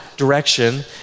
direction